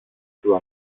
του